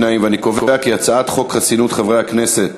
חוק חסינות חברי הכנסת,